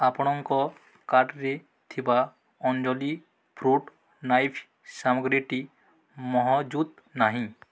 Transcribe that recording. ଆପଣଙ୍କ କାର୍ଟ୍ରେ ଥିବା ଅଞ୍ଜଲି ଫ୍ରୁଟ୍ ନାଇଫ୍ ସାମଗ୍ରୀଟି ମହଜୁତ୍ ନାହିଁ